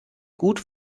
gut